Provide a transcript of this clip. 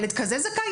יש כזה זכאי,